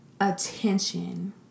attention